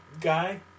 guy